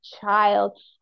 child